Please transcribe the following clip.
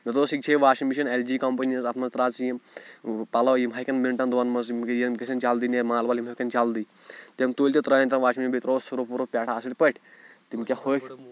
مےٚ دوٚپُس ییٚکیاہ چھے واشِنٛگ مِشیٖن اٮ۪ل جی کَمپنی ہِنٛز اَتھ منٛز ترٛاو ژٕ یِم پَلَو یِم ہۄکھن مِنٹَن دوٚن منٛز یِم گٔیے یِم گژھن جلدی نیرِ مَل وَل یِم ہۄکھن جلدی تٔمۍ تُلۍ تہٕ ترٛٲیِنۍ تَتھ واشِنٛگ مِشیٖن منٛز بیٚیہِ ترٛووُس سرٕف ورٕف پٮ۪ٹھٕ اَصٕل پٲٹھۍ تِم کیاہ ہۄکھۍ